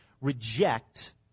reject